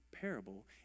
parable